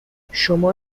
شما